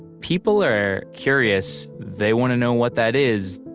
people are curious. they want to know what that is.